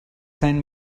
send